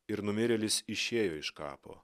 ir numirėlis išėjo iš kapo